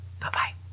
Bye-bye